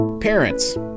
Parents